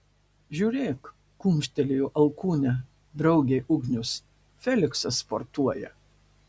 žiūrėk kumštelėjo alkūne draugei ugnius feliksas sportuoja